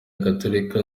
gatolika